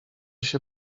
się